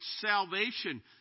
salvation